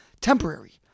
temporary